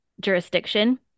jurisdiction